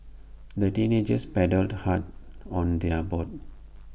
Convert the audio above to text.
the teenagers paddled hard on their boat